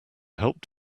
helped